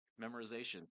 memorization